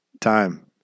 time